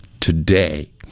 today